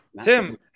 tim